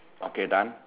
okay done